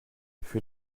für